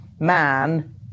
Man